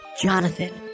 Jonathan